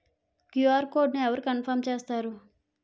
QR code అవరు confirm చేస్తారు?